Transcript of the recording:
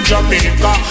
Jamaica